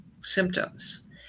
symptoms